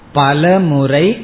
palamurai